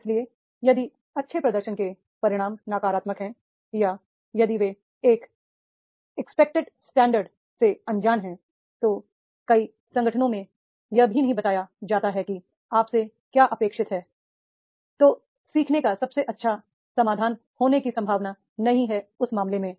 इसलिए यदि अच्छे प्रदर्शन के परिणाम नकारात्मक हैं या यदि वे एक अपेक्षित मानक एक्सपेक्टेड स्टैंडर्ड्स से अनजान हैं तो कई संगठनों में यह भी नहीं बताया बताया जाता है कि आपसे क्या अपेक्षित है तो सीखने का सबसे अच्छा समाधान होने की संभावना नहीं है उस मामले में